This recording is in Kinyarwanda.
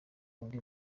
undi